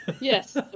yes